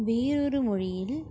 வேறொரு மொழியில்